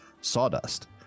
sawdust